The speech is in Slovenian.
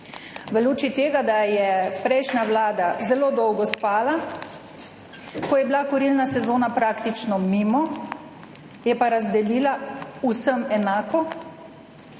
V luči tega, da je prejšnja vlada zelo dolgo spala, ko je bila kurilna sezona praktično mimo, pa je razdelila vsem enako